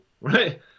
right